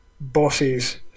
bosses